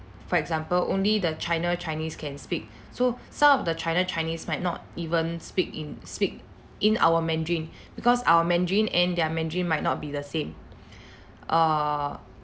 for example only the china chinese can speak so some of the china chinese might not even speak in speak in our mandarin because our mandarin and their mandarin might not be the same err